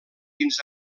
fins